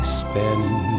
spend